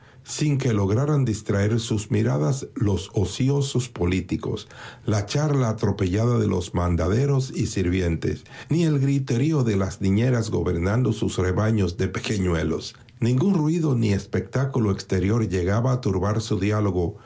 sin que lograran distraer sus miradas los ociosos políticos la charla atropellada de los mandaderos y sirvientes ni el griterío de las niñeras gobernando sus rebaños de pequeñuelos ningún raido ni espectáculo exterior llegaba a turbar su diálogo